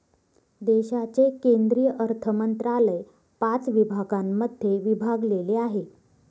देशाचे केंद्रीय अर्थमंत्रालय पाच विभागांमध्ये विभागलेले आहे